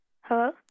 Hello